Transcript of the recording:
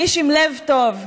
איש עם לב טוב.